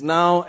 now